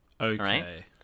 Okay